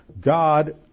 God